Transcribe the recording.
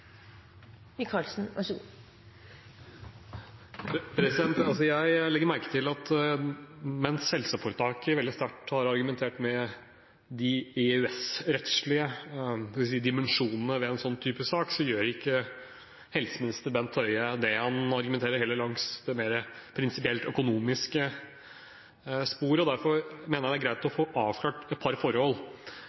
at mens helseforetaket veldig sterkt har argumentert med de EØS-rettslige dimensjonene ved en sånn type sak, gjør ikke helseminister Bent Høie det. Han argumenterer heller langs det mer prinsipielt økonomiske sporet, og derfor mener jeg det er greit å få avklart et par forhold.